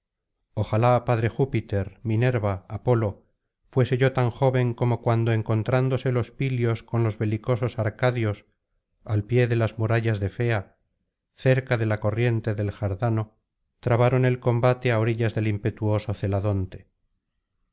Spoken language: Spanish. ojalá padre júpiter minerva apolo fuese yo tan joven como cuando encontrándose los pilios con los belicosos arcadios al pie de las murallas de fea cerca de la corriente del jardano trabaron el combate á orillas del impetuoso